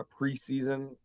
preseason